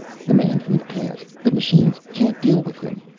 the man from the past. the machines can't deal with him.